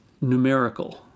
numerical